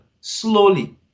slowly